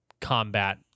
combat